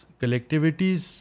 collectivities